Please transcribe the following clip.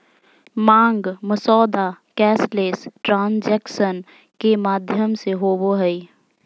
मांग मसौदा cashless transaction के माध्यम होबो हइ